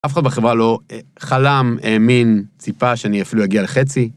אף אחד בחברה לא חלם, מין ציפה שאני אפילו אגיע לחצי.